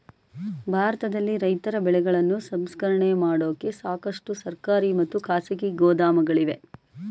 ಭಾರತದಲ್ಲಿ ರೈತರ ಬೆಳೆಗಳನ್ನು ಸಂಸ್ಕರಣೆ ಮಾಡೋಕೆ ಸಾಕಷ್ಟು ಸರ್ಕಾರಿ ಮತ್ತು ಖಾಸಗಿ ಗೋದಾಮುಗಳಿವೆ